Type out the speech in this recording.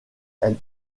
elles